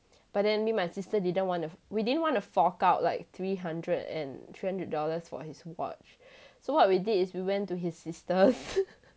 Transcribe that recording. but then me and my sister didn't want to we didn't want to fork out like three hundred and three hundred dollars for his watch so what we did is we went to his sisters